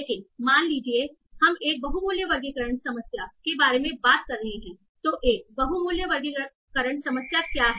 लेकिन मान लीजिए कि हम एक बहु मूल्य वर्गीकरण समस्या के बारे में बात कर रहे हैंतो एक बहु मूल्य वर्गीकरण समस्या क्या है